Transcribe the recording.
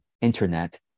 internet